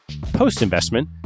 Post-investment